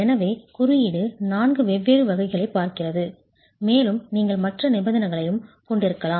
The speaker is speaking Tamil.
எனவே குறியீடு நான்கு வெவ்வேறு வகைகளைப் பார்க்கிறது மேலும் நீங்கள் மற்ற நிபந்தனைகளையும் கொண்டிருக்கலாம்